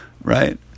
right